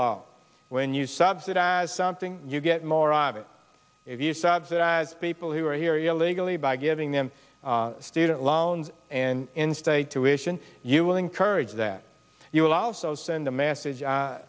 law when you subsidize something you get more of it if you subsidize people who are here illegally by giving them student loans and in state tuition you will encourage that you will also send a message i